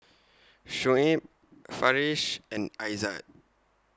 Shuib Farish and Aizat